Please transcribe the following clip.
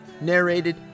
narrated